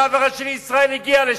הרב הראשי לישראל הגיע לשם,